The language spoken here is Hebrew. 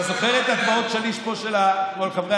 אתה זוכר את הדמעות שליש של כל חברי